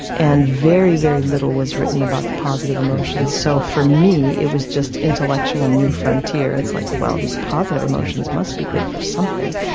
and very, very little was written about the positive emotions. so for me it was just intellectual new frontiers, like, well, these positive emotions must be good for something.